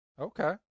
Okay